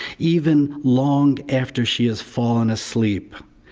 even long after she has fallen asleep.